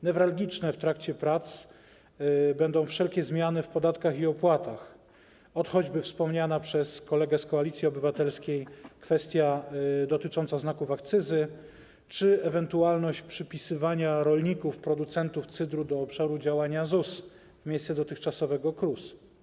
Newralgiczne w trakcie prac będą wszelkie zmiany w podatkach i opłatach, ot choćby wspomniana przez kolegę z Koalicji Obywatelskiej kwestia dotycząca znaków akcyzy czy ewentualność przypisywania rolników producentów cydru do obszaru działania ZUS w miejsce dotychczasowego KRUS.